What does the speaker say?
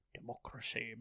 Democracy